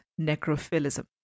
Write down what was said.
necrophilism